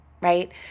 Right